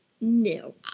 no